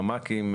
ממ"קים,